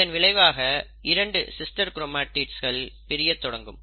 இதன் விளைவாக இரண்டு சிஸ்டர் க்ரோமாடிட்ஸ் பிரிய தொடங்கும்